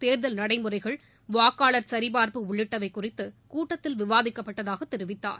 தேர்தல் நடைமுறைகள் வாக்காளர் சரிபார்ப்பு உள்ளிட்டவை குறித்து கூட்டத்தில் விவாதிக்கப்பட்டதாக தெரிவித்தார்